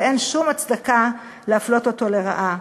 ואין שום הצדקה להפלות אותו לרעה.